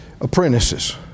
apprentices